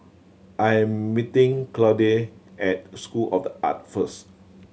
I meeting Claude at School of The Arts first